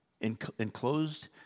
enclosed